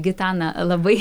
gitana labai